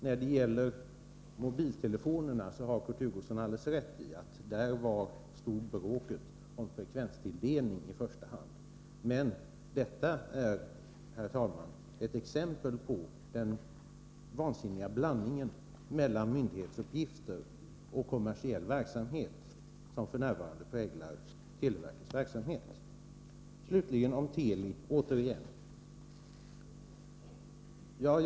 Vad så gäller mobiltelefonerna har Kurt Hugosson alldeles rätt i att bråket i första hand stod om frekvenstilldelningen. Men detta är, herr talman, ett exempel på den vansinniga blandning av myndighetsuppgifter och kommersiell verksamhet som f.n. präglar televerkets verksamhet. Slutligen och återigen några ord om Teli.